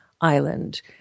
island